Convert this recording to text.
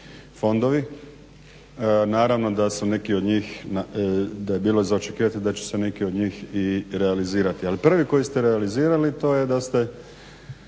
fondovi. Naravno da je bilo za očekivati da će se neki od njih realizirati. Ali prvi koji ste realizirali to je da ste